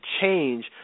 change